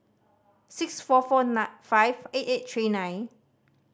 six four four five eight eight three nine